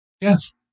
yes